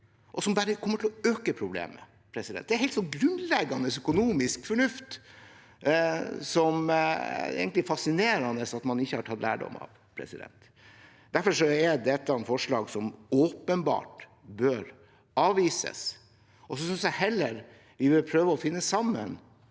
noe som bare kommer til å øke problemet. Dette er helt grunnleggende økonomisk fornuft, som det egentlig er fascinerende at man ikke har tatt lærdom av. Derfor er dette forslag som åpenbart bør avvises. Jeg synes heller vi bør prøve å finne sammen